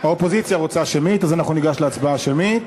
האופוזיציה רוצה שמית, אז אנחנו ניגש להצבעה שמית.